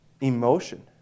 emotion